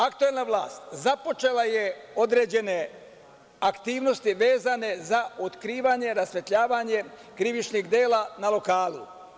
Aktuelna vlast, započela je određene aktivnosti, vezane za otkrivanje, rasvetljavanje krivičnih dela na lokalu.